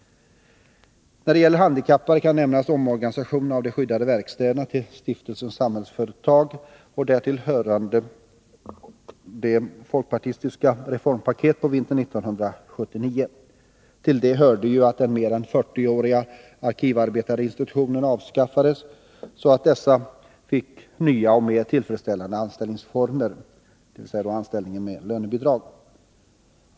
När det gäller handikappade kan nämnas omorganisationen av de skyddade verkstäderna till Stiftelsen Samhällsföretag och därtill hörande folkpartistiska reformpaket på vintern 1979. Till det hörde att den mer än 40-åriga arkivarbetarinstitutionen avskaffades, så att arkivarbetarna fick nya och mer tillfredsställande anställningsformer, dvs. anställning med lönebidrag.